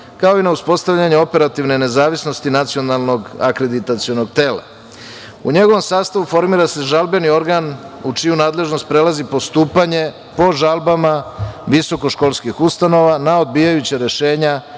kao i na uspostavljanje operativne nezavisnosti Nacionalnog akreditacionog tela.U njegovom sastavu formira se žalbeni organ u čiju nadležnost prelazi postupanje po žalbama visokoškolskih ustanova na odbijajuća rešenja